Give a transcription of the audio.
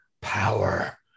power